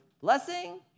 blessing